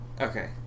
Okay